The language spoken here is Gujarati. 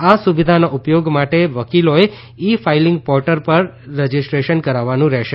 આ સુવિધાના ઉપયોગ માટે વકીલોએ ઇ ફાઇલિંગ પોર્ટલ પર રજીસ્ટ્રેશન કરાવવાનું રહેશે